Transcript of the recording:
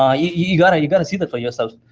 ah you've got you've got to see that for yourself.